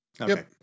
Okay